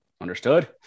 understood